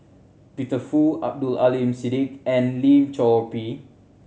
Peter Fu Abdul Aleem Siddique and Lim Chor Pee